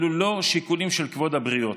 אלה לא שיקולים של כבוד הבריות.